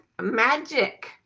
magic